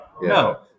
No